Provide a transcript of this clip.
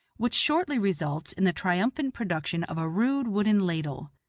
which shortly results in the triumphant production of a rude wooden ladle.